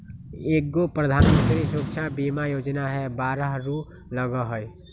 एगो प्रधानमंत्री सुरक्षा बीमा योजना है बारह रु लगहई?